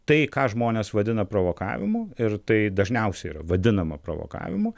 tai ką žmonės vadina provokavimu ir tai dažniausiai yra vadinama provokavimu